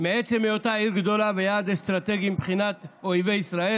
מעצם היותה עיר גדולה ויעד אסטרטגי מבחינת אויבי ישראל,